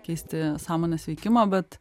keisti sąmonės veikimą bet